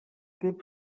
club